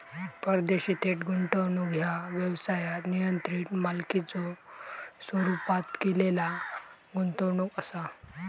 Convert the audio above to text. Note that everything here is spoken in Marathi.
परदेशी थेट गुंतवणूक ह्या व्यवसायात नियंत्रित मालकीच्यो स्वरूपात केलेला गुंतवणूक असा